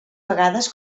vegades